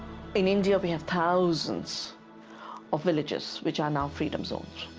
in india we have thousands of villages, which are now freedom zones.